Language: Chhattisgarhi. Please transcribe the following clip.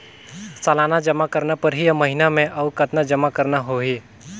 सालाना जमा करना परही या महीना मे और कतना जमा करना होहि?